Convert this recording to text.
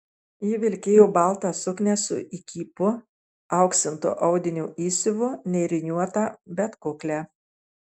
ji vilkėjo baltą suknią su įkypu auksinto audinio įsiuvu nėriniuotą bet kuklią